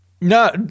No